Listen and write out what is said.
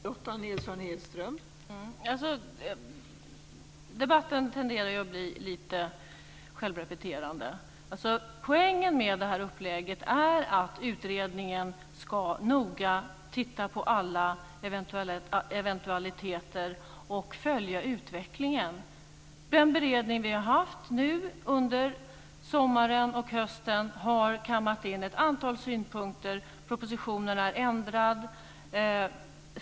Fru talman! Debatten tenderar ju att bli lite självrepeterande. Poängen med det här upplägget är att utredningen noga ska titta på alla eventualiteter och följa utvecklingen. Den beredning vi har haft nu under sommaren och hösten har kammat in ett antal synpunkter. Propositionen är ändrad.